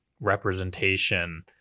representation